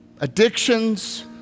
addictions